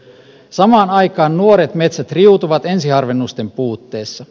samaan aikaan nuoret metsät riutuvat ensiharvennusten puutteessa